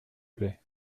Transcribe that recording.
plait